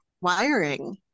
wiring